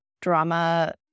drama